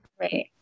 Right